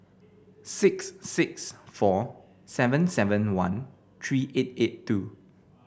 six six four seven seven one three eight eight two